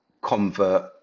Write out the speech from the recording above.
convert